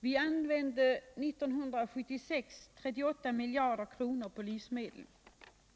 Vi använde 38 miljarder kronor till livsmedel 1976.